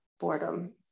boredom